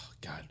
god